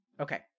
Okay